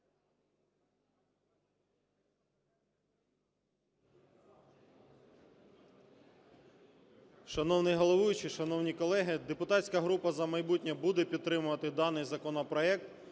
депутатська група "За майбутнє" буде підтримувати даний законопроект,